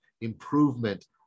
improvement